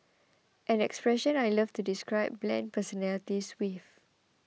an expression I love to describe bland personalities with